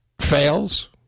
fails